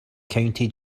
county